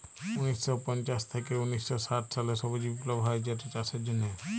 উনিশ শ পঞ্চাশ থ্যাইকে উনিশ শ ষাট সালে সবুজ বিপ্লব হ্যয় যেটচাষের জ্যনহে